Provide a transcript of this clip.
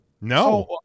No